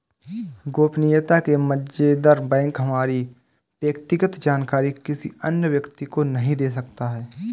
गोपनीयता के मद्देनजर बैंक हमारी व्यक्तिगत जानकारी किसी अन्य व्यक्ति को नहीं दे सकता